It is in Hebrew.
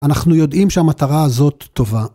‫אנחנו יודעים שהמטרה הזאת טובה.